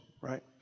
right